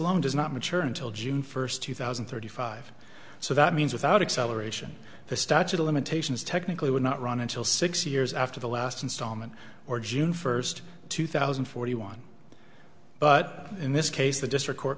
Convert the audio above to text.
long does not mature until june first two thousand and thirty five so that means without acceleration the statute of limitations technically would not run until six years after the last installment or june first two thousand forty one but in this case the district court